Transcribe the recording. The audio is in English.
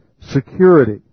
security